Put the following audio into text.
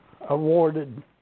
awarded